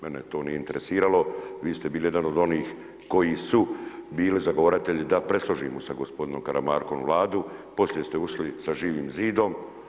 Mene to nije interesiralo, vi ste bili jedan od onih koji su bili zagovaratelji da presložimo sa gospodinom Karamarkom Vladu, poslije ste ušli sa Živim zidom.